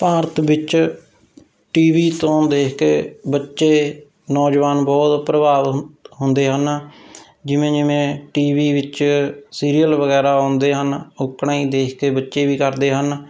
ਭਾਰਤ ਵਿੱਚ T V ਤੋਂ ਦੇਖ ਕੇ ਬੱਚੇ ਨੌਜਵਾਨ ਬਹੁਤ ਪ੍ਰਭਾਵ ਹੁੰਦੇ ਹਨ ਜਿਵੇਂ ਜਿਵੇਂ ਟੀ ਵੀ ਵਿੱਚ ਸੀਰੀਅਲ ਵਗੈਰਾ ਆਉਂਦੇ ਹਨ ਉਕਣਾ ਹੀ ਦੇਖ ਕੇ ਬੱਚੇ ਵੀ ਕਰਦੇ ਹਨ